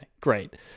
great